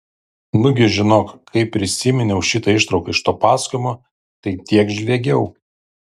nugi žinok kai prisiminiau šitą ištrauką iš to pasakojimo tai tiek žviegiau